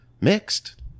mixed